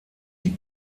die